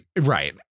right